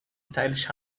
stylish